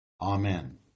Amen